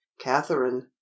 catherine